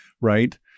right